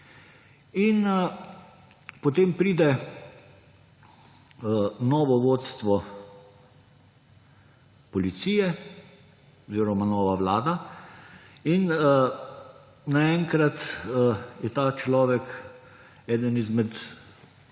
In potem pride novo vodstvo policije oziroma nova vlada in naenkrat je ta človek eden izmed